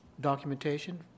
documentation